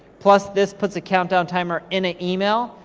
plusthis puts a countdown timer in a email,